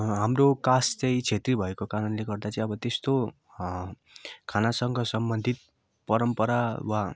हाम्रो कास्ट चाहिँ छेत्री भएको कारणले गर्दा चाहिँ अब त्यस्तो खानासँग सम्बन्धित परम्परा वा